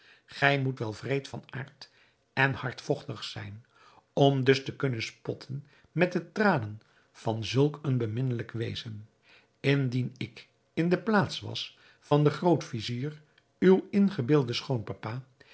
gij moet wel wreed van aard en hardvochtig zijn om dus te kunnen spotten met de tranen van zulk een beminnelijk wezen indien ik in de plaats was van den groot-vizier uw ingebeelden